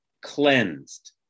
cleansed